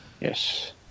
Yes